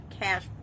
cash